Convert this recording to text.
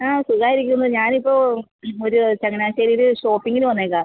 ആ സുഖമായിരിക്കുന്നു ഞാനിപ്പോൾ ഒരു ചങ്ങനാശ്ശേരിയിൽ ഷോപ്പിംഗിന് വന്നിരിക്കുവാണ്